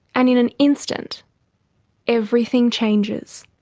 and in an instant everything changes.